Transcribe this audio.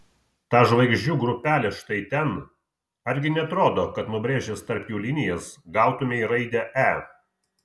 ta žvaigždžių grupelė štai ten argi neatrodo kad nubrėžęs tarp jų linijas gautumei raidę e